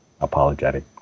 Apologetic